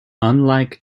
unlike